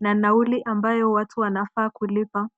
na nauli ambazo watu wanafaa kulipa.